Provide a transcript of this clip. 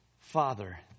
Father